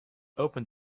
open